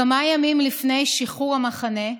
כמה ימים לפני שחרור המחנה,